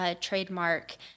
trademark